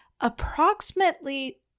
approximately